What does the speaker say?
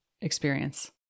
experience